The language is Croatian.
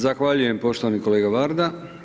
Zahvaljujem poštovani kolega Varda.